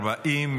40,